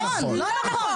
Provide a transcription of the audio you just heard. כן נכון.